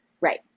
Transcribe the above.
Right